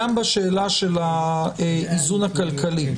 גם בשאלה של האיזון הכלכלי,